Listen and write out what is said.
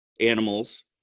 animals